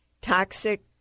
toxic